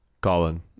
Colin